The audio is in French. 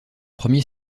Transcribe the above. premier